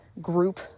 group